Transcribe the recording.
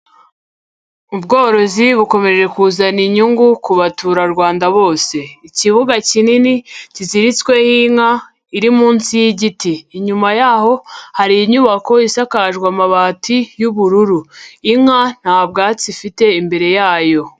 Ubworozi bukomeje kuzana inyungu, ku baturarwanda bose. Ikibuga kinini, kiziritsweho inka, iri munsi y'igiti. Inyuma yaho, hari inyubako isakajwe amabati, y'ubururu inka nta bwatsi ifite imbere yayo.